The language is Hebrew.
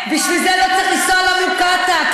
ראית את ההצגה?